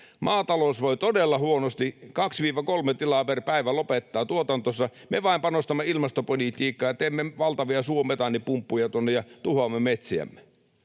Maatalous voi todella huonosti, kaksi—kolme tilaa per päivä lopettaa tuotantonsa, ja me vain panostamme ilmastopolitiikkaan ja teemme valtavia suometaanipumppuja tuonne ja tuhoamme metsiämme.